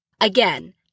Again